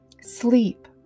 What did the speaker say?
Sleep